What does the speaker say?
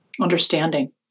understanding